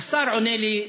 השר עונה לי,